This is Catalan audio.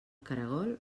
caragol